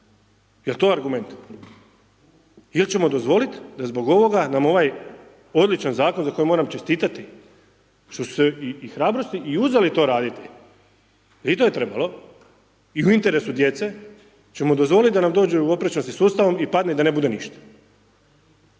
Jel to argument? Ili ćemo dozvoliti da zbog ovoga nam ovaj odličan Zakon za koji moram čestitati, što su imali i hrabrosti i uzeli to raditi, i to je trebalo, i u interesu djece ćemo dozvoliti da nam dođu oprečnosti sustavom i padne da ne bude ništa.